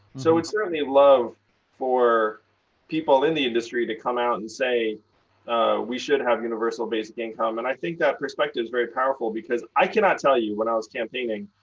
so we'd certainly love for people in the industry to come out and say we should have universal basic income. and i think that perspective is very powerful, because i cannot tell you, when i was campaigning,